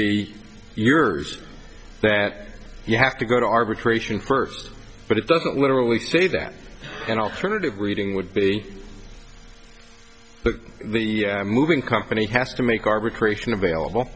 be yours that you have to go to arbitration first but it doesn't literally say that an alternative reading would be but the moving company has to make arbitration available